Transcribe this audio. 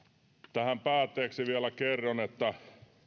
tähän päätteeksi vielä kerron että